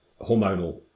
hormonal